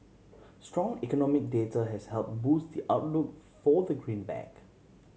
strong economic data has help boost the outlook for the greenback